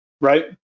right